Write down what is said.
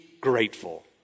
grateful